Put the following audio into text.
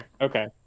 Okay